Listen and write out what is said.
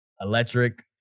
electric